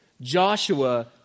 Joshua